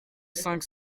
cinq